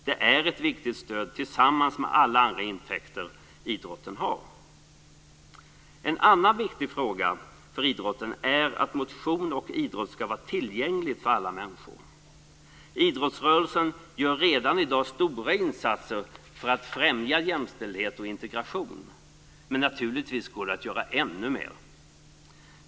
Det är ett viktigt stöd tillsammans med alla andra intäkter som idrotten har. En annan viktig fråga för idrotten är att motion och idrott ska vara tillgängligt för alla människor. Idrottsrörelsen gör redan i dag stora insatser för att främja jämställdhet och integration men naturligtvis går det att göra ännu mer.